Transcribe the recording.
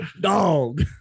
Dog